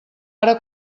ara